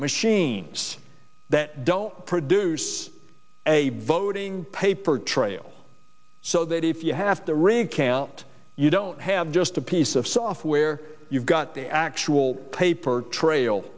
machines that don't produce a voting paper trail so that if you have to recant you don't have just a piece of software you've got the actual paper trail